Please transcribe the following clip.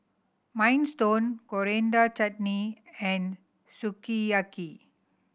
Minestrone Coriander Chutney and Sukiyaki